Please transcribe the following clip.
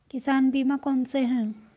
किसान बीमा कौनसे हैं?